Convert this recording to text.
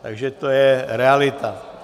Takže to je realita.